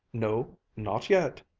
no, not yet,